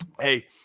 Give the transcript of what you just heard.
Hey